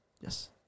Yes